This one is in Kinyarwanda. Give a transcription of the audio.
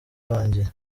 urangiye